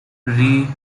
with